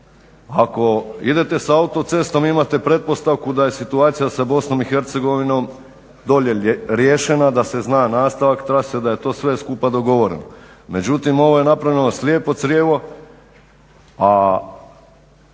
Ako imate s autocestom imate pretpostavku da je situacija sa BIH dolje riješena, da se zna nastavak trase, da je to sve skupa dogovoreno. Međutim ovo je napravljeno slijepo crijevo, a